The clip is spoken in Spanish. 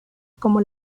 como